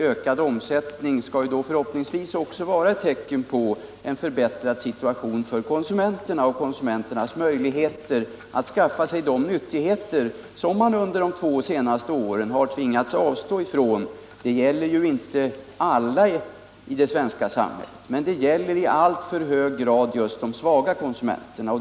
Ökad omsättning skall då förhoppningsvis vara ett tecken på en förbättrad situation för konsumenterna och konsumenternas möjligheter att skaffa sig de nyttigheter som man under de två senaste åren har tvingats avstå från. Det gäller ju inte alla i det svenska samhället, men det gäller i alltför hög grad just de svaga konsumenterna.